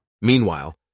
Meanwhile